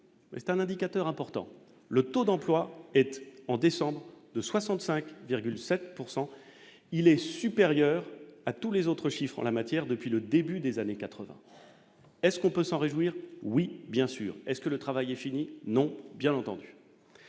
c'est un indicateur important, le taux d'emploi était en descendant de 65,7 pourcent il est supérieur à tous les autres chiffres en la matière depuis le début des années 80 est-ce qu'on peut s'en réjouir, oui, bien sûr, est-ce que le travail est fini, non, bien entendu